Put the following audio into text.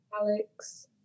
Alex